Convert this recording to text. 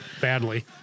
badly